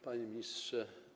Panie Ministrze!